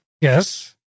Yes